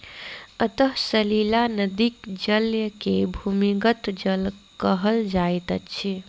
अंतः सलीला नदीक जल के भूमिगत जल कहल जाइत अछि